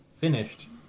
finished